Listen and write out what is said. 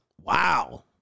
Wow